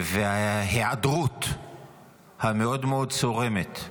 ההיעדרות המאוד-מאוד צורמת,